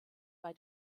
bei